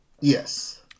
Yes